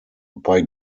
bei